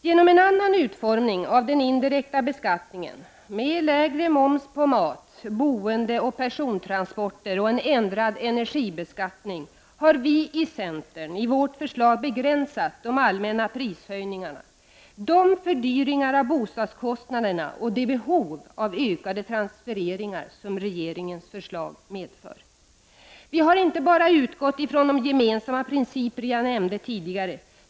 Genom en annan utformning av den indirekta beskattningen med lägre moms på mat, boende och persontransporter och en ändrad energibeskattning, har vi i centern i vårt förslag begränsat de allmänna prishöjningarna, de fördyringar av bostadskostnaderna och det behov av ökade transfereringar som regeringens förslag medför. Vi har inte bara utgått ifrån de gemensamma principer jag nämnde tidigare.